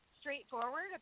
straightforward